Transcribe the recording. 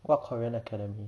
what korean academy